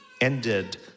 ended